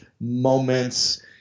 moments